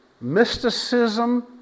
Mysticism